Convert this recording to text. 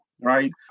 right